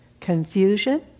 confusion